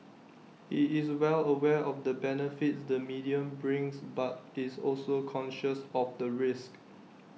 he is well aware of the benefits the medium brings but is also conscious of the risks